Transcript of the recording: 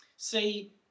See